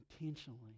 intentionally